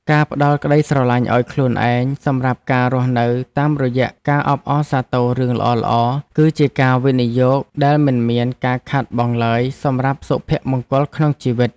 ការផ្ដល់ក្ដីស្រឡាញ់ឱ្យខ្លួនឯងសម្រាប់ការរស់នៅតាមរយៈការអបអរសាទររឿងល្អៗគឺជាការវិនិយោគដែលមិនមានការខាតបង់ឡើយសម្រាប់សុភមង្គលក្នុងជីវិត។